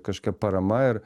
kažkokia parama ir